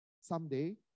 someday